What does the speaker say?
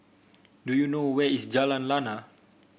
do you know where is Jalan Lana